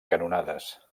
canonades